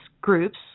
groups